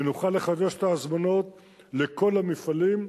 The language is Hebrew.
ונוכל לחדש את ההזמנות לכל המפעלים,